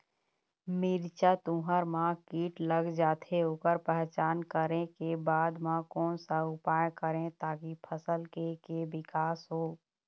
मिर्ची, तुंहर मा कीट लग जाथे ओकर पहचान करें के बाद मा कोन सा उपाय करें ताकि फसल के के विकास हो?